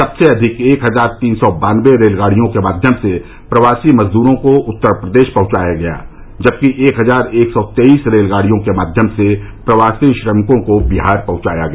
सबसे अधिक एक हजार तीन सौ बानवे रेलगाड़ियों के माध्यम से प्रवासी मजदूरों को उत्तर प्रदेश पहुंचाया गया जबकि एक हजार एक सौ तेईस रेलगाड़ियों के माध्यम से प्रवासी श्रमिकों को बिहार पहुंचाया गया